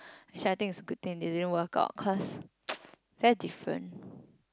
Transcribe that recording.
which I think is a good thing they didn't work out cause very different